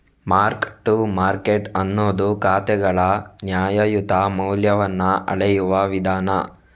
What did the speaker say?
mark to market ಅನ್ನುದು ಖಾತೆಗಳ ನ್ಯಾಯಯುತ ಮೌಲ್ಯವನ್ನ ಅಳೆಯುವ ವಿಧಾನ